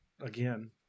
again